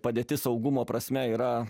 padėtis saugumo prasme yra